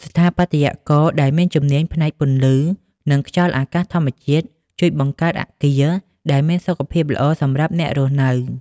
ស្ថាបត្យករដែលមានជំនាញផ្នែកពន្លឺ និងខ្យល់អាកាសធម្មជាតិ ជួយបង្កើតអគារដែលមានសុខភាពល្អសម្រាប់អ្នករស់នៅ។